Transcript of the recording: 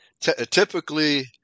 typically